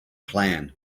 plan